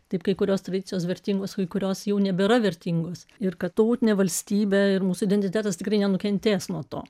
taip kai kurios tradicijos vertingos kai kurios jau nebėra vertingos ir kad tautinė valstybė ir mūsų identitetas tikrai nenukentės nuo to